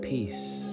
peace